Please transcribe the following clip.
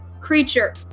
creature